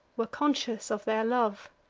were conscious of their love.